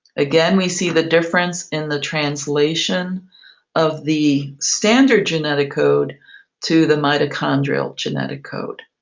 again, we see the difference in the translation of the standard genetic code to the mitochondrial genetic code.